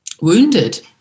wounded